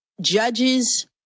judges